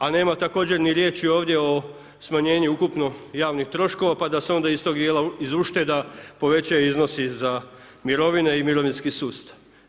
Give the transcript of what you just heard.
A nema također ni riječi ovdje o smanjenju ukupno javnih troškova pa da se onda iz tog dijela iz ušteda povećaju iznosi za mirovine i mirovinski sustav.